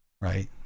Right